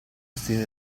stile